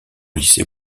lycée